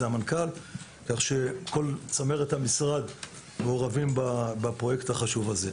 המנכ"ל כך שכל צמרת המשרד מעורבת בפרויקט החשוב הזה.